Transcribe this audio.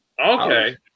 Okay